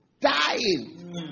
Dying